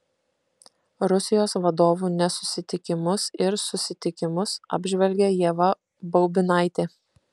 rusijos vadovų nesusitikimus ir susitikimus apžvelgia ieva baubinaitė